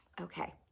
Okay